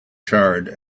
charred